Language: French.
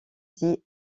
dit